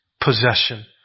possession